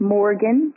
Morgan